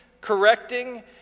correcting